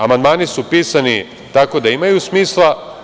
Amandmani su pisani tako da imaju smisla.